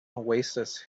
oasis